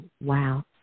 wow